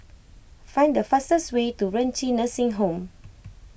find the fastest way to Renci Nursing Home